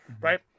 Right